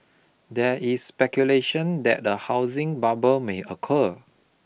there is speculation that a housing bubble may occur